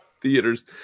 theaters